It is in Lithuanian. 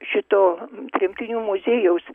šito tremtinių muziejaus